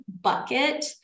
bucket